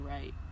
right